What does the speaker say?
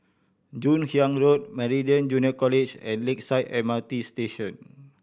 Joon Hiang Road Meridian Junior College and Lakeside M R T Station